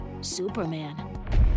Superman